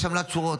יש עמלת שורות,